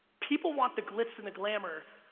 people want the glitz and the glamour,